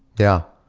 yeah.